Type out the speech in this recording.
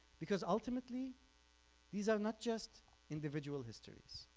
because ultimately these are not just individual histories,